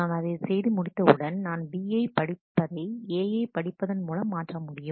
நான் அதை செய்து முடித்தவுடன் நான் B யை படிப்பதை A யை படிப்பதன் மூலம் மாற்ற முடியும்